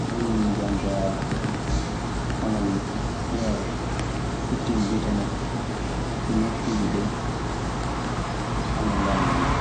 O hinnii jon kaa omo ƴeewa, o futtini gite makko e nokkuuje ɗee fu omo landonoo.